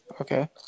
Okay